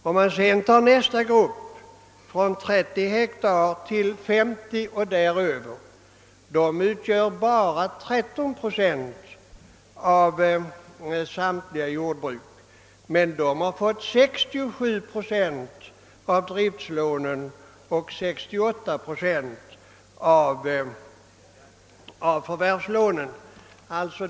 Om vi sedan tar nästa grupp, från 30 hektar till 530 och däröver, utgör dessa bara 13 procent av samtliga jordbruk, men de har fått 67 procent av driftslånen och 68 procent av förvärvslånen.